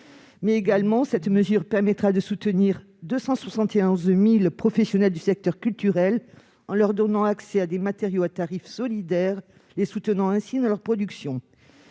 mais également de soutenir 271 000 professionnels du secteur culturel en leur donnant accès à des matériaux à tarif solidaire, les soutenant ainsi dans leurs productions.